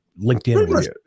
LinkedIn